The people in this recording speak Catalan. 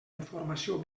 informació